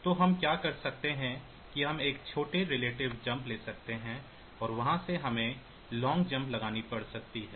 तो हम क्या कर सकते हैं कि हम एक छोटे रिलेटिव जंप ले सकते हैं और वहां से हमें लॉन्ग जंप लगानी पड़ सकती है